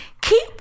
keep